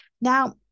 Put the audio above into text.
Now